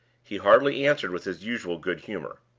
he hardly answered with his usual good humor.